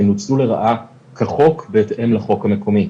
הן נוצלו לרעה כחוק בהתאם לחוק המקומי.